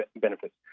benefits